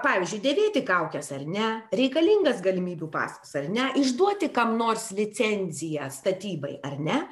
pavyzdžiui dėvėti kaukes ar ne reikalingas galimybių pasas ar ne išduoti kam nors licenziją statybai ar ne